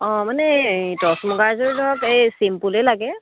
অঁ মানে এই টচ মুগাযোৰ ধৰক এই চিম্পুলই লাগে